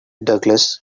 douglas